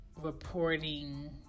reporting